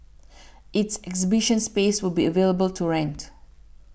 its exhibition space will be available to rent